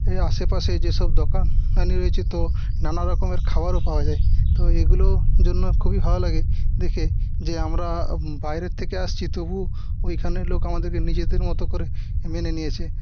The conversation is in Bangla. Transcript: এই আশে পাশে যে সব দোকান পানি রয়েছে তো নানারকমের খাবারও পাওয়া যায় তো এগুলোর জন্য খুবই ভালো লাগে দেখে যে আমরা বাইরের থেকে আসছি তবু ওইখানের লোক আমাদেরকে নিজেদের মতো করে মেনে নিয়েছে